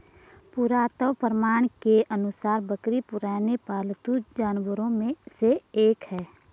पुरातत्व प्रमाण के अनुसार बकरी पुराने पालतू जानवरों में से एक है